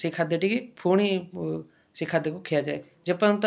ସେଇ ଖାଦ୍ୟଟିକି ପୁଣି ସେଇ ଖାଦ୍ୟକୁ ଖିଆଯାଏ ଯେ ପର୍ଯ୍ୟନ୍ତ